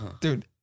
dude